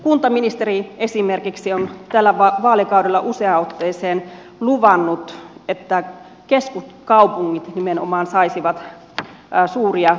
kuntaministeri esimerkiksi on tällä vaalikaudella useaan otteeseen luvannut että keskuskaupungit nimenomaan saisivat suuria aluekehitystehtäviä